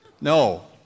No